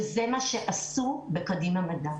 וזה מה שעשו בקדימה מדע.